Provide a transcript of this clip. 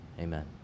Amen